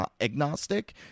agnostic